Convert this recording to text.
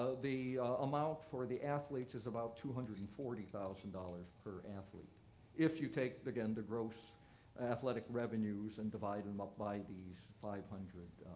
the amount for the athletes is about two hundred and forty thousand dollars per athlete if you take again the gross athletic revenues and divide them up by these five hundred.